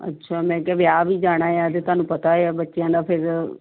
ਅੱਛਾ ਮੈਂ ਕਿਹਾ ਵਿਆਹ ਵੀ ਜਾਣਾ ਆ ਅਤੇ ਤੁਹਾਨੂੰ ਪਤਾ ਆ ਬੱਚਿਆਂ ਦਾ ਫਿਰ